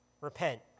repent